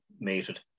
mated